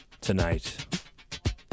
Tonight